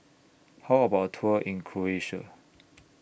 How about Tour in Croatia